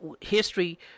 History